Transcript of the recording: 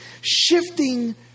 Shifting